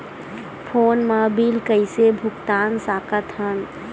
Phone मा bill कइसे भुक्तान साकत हन?